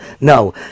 No